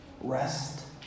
Rest